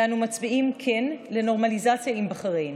ואנו מצביעים "כן" לנורמליזציה עם בחריין.